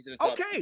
Okay